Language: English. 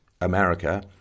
America